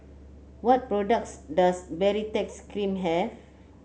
what products does Baritex Cream have